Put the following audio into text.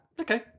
Okay